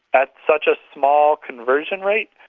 at such a small conversion rate,